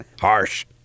Harsh